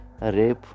rape